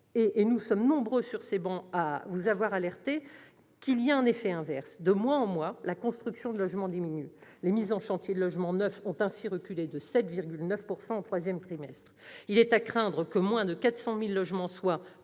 et nous sommes nombreux sur ces travées à vous avoir alerté sur ce point, que l'effet inverse ne se produise. De mois en mois, la construction de logement diminue. Les mises en chantier de logements neufs ont ainsi reculé de 7,9 % au troisième trimestre. Il est à craindre que moins de 400 000 logements soient